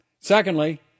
Secondly